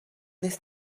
this